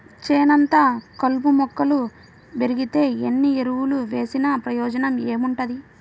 చేనంతా కలుపు మొక్కలు బెరిగితే ఎన్ని ఎరువులు వేసినా ప్రయోజనం ఏముంటది